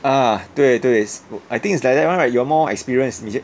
ah 对对 I think it's like that one right you are more experience 你觉